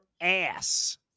ass